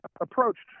approached